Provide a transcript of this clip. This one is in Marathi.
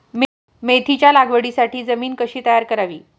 मेथीच्या लागवडीसाठी जमीन कशी तयार करावी?